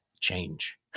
change